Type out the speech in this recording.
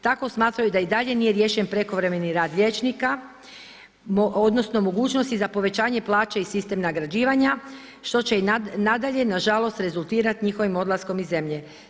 Tako smatraju da i dalje nije riješen prekovremeni rad liječnika, odnosno mogućnosti za povećanje plaća i sistem nagrađivanja što će i nadalje nažalost rezultirati njihovim odlaskom iz zemlje.